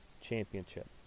Championship